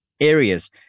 areas